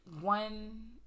one